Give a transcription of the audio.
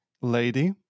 lady